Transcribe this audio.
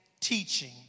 teaching